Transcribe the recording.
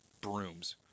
brooms